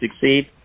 succeed